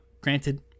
granted